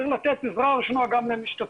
צריך לתת הנחיות עזרה ראשונה גם למשתתף